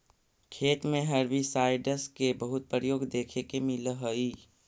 खेत में हर्बिसाइडस के बहुत प्रयोग देखे के मिलऽ हई